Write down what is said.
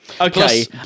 Okay